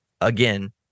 Again